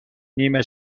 نیمه